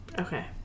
Okay